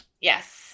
Yes